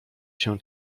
się